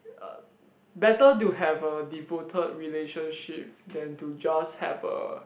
uh better to have a devoted relationship than to just have a